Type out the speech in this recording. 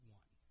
one